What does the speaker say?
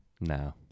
No